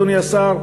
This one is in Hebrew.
אדוני השר,